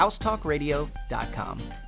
housetalkradio.com